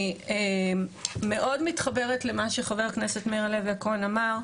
אני מאוד מתחברת למה שחבר הכנסת מאיר הלוי אמר,